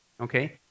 okay